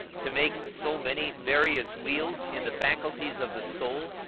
to make so many various wheels in the faculties of the soul,